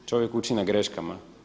Čovjek uči na greškama.